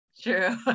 True